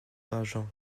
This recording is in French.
pageant